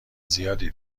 زیادی